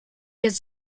has